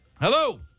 Hello